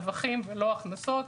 רווחים ולא הכנסות,